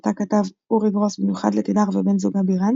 אותה כתב אורי גרוס במיוחד לתדהר ובן זוגה בירן.